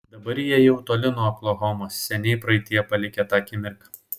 dabar jie jau toli nuo oklahomos seniai praeityje palikę tą akimirką